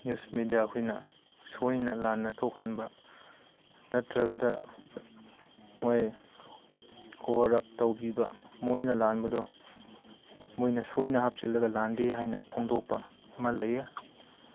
news media ꯑꯩꯈꯣꯏꯅ ꯁꯣꯏꯅ ꯂꯥꯟꯅ ꯊꯣꯛꯍꯟꯕ ꯅꯠꯇ꯭ꯔꯒꯅ ꯃꯣꯏ ꯀꯣꯕꯔ ꯑꯞ ꯇꯧꯕꯤꯕ ꯃꯣꯏꯅ ꯂꯥꯟꯕꯗꯣ ꯃꯣꯏꯅ ꯁꯣꯏꯅ ꯍꯥꯞꯆꯤꯜꯂꯒ ꯂꯥꯟꯗꯦ ꯍꯥꯏꯅ ꯐꯣꯡꯗꯣꯛꯄ ꯑꯃ ꯂꯩꯌꯦ